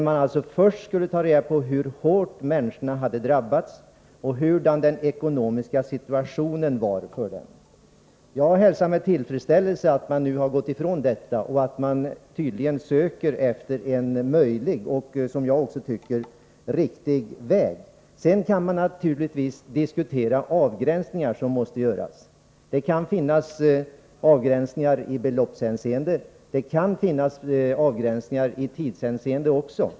Man skulle först ta reda på hur hårt människorna hade drabbats och hurdan den ekonomiska situationen var för dem. Jag hälsar med tillfredsställelse att man nu har gått från dessa ståndpunkter och att man tydligen söker efter en möjlig väg — som jag också tycker är riktig. Sedan kan man naturligtvis diskutera avgränsningar som måste göras. Det kan finnas skäl för avgränsningar i beloppshänseende, och också för avgränsningar i tidshänseende.